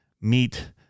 meet